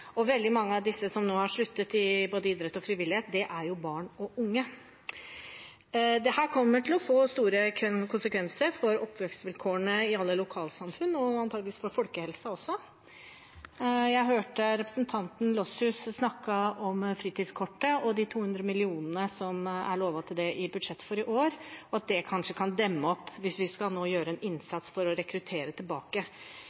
Veldig mange av dem som nå har sluttet, innen både idrett og frivillighet, er jo barn og unge. Dette kommer til å få store konsekvenser for oppvekstvilkårene i alle lokalsamfunn og antakeligvis også for folkehelsen. Jeg hørte representanten Lossius snakke om fritidskortet og de 200 mill. kr som er lovet til det i budsjettet for i år, og at det kanskje kan demme opp hvis vi nå skal gjøre en